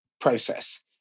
process